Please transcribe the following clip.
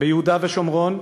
ביהודה ובשומרון,